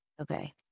okay